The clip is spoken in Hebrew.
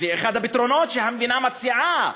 זה אחד הפתרונות שהמדינה מציעה,